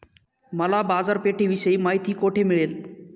मला बाजारपेठेविषयी माहिती कोठे मिळेल?